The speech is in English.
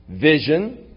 vision